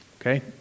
okay